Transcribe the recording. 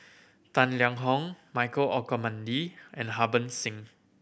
Tang Liang Hong Michael Olcomendy and Harbans Singh